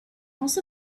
most